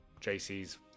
JC's